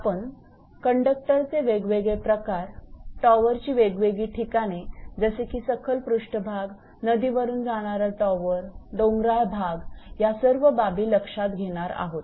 आपण कंडक्टरचे वेगवेगळे प्रकार टॉवरची वेगवेगळी ठिकाणे जसे की सखल पृष्ठभाग नदी वरून जाणारा टॉवर डोंगराळ भाग या सर्व बाबी लक्षात घेणार आहोत